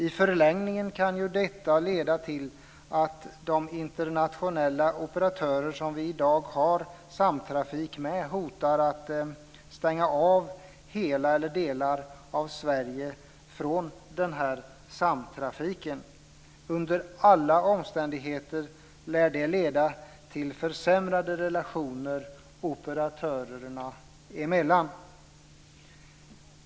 I förlängningen kan detta leda till att de internationella operatörer vi i dag har samtrafik med hotar att stänga av hela eller delar av Sverige från samtrafiken. Under alla omständigheter lär det leda till försämrade relationer operatörerna emellan.